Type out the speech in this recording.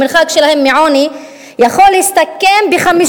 המרחק שלהם מעוני יכול להסתכם ב-5